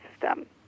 system